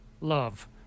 love